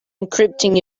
encrypting